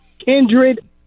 kindred